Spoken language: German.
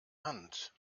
hand